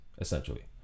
Essentially